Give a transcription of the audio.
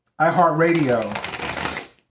iHeartRadio